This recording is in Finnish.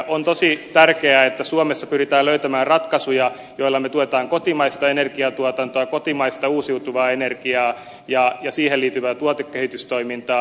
on tosi tärkeää että suomessa pyritään löytämään ratkaisuja joilla me tuemme kotimaista energiantuotantoa kotimaista uusiutuvaa energiaa ja siihen liittyvää tuotekehitystoimintaa